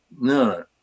No